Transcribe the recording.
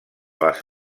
les